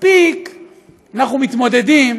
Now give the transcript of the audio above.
מספיק אנחנו מתמודדים